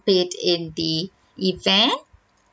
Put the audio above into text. in the event